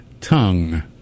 tongue